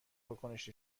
واکنش